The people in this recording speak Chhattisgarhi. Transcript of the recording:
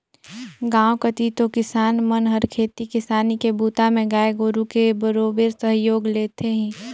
गांव कति तो किसान मन हर खेती किसानी के बूता में गाय गोरु के बरोबेर सहयोग लेथें ही